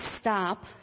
stop